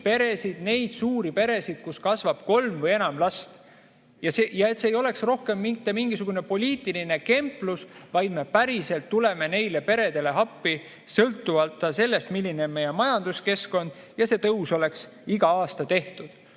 neid suuri peresid, kus kasvab kolm või enam last. Ja see ei oleks enam mitte mingisugune poliitiline kemplus, vaid me päriselt tuleksime neile peredele appi, sõltumata sellest, milline on meie majanduskeskkond, ja see tõus oleks igal aastal